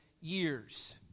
years